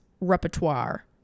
repertoire